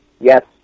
Yes